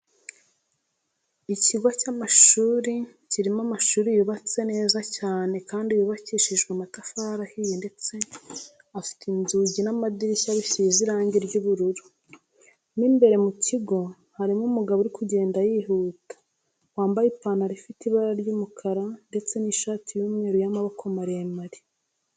Ikigo cy'amashuri kirimo amashuri yubatse neza cyane kandi yubakishijwe amatafari ahiye ndetse afite inzugi n'amadirishya bisize irangi ry'ubururu. Mo imbere mu kigo harimo umugabo uri kugenda yihuta, wambaye ipantaro ifite ibara ry'umukara ndetse n'ishati y'umweru y'amaboko maremare.